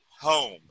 home